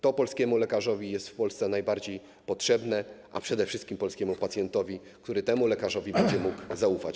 To polskiemu lekarzowi jest w Polsce najbardziej potrzebne, a przede wszystkim polskiemu pacjentowi, który temu lekarzowi będzie mógł zaufać.